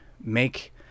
make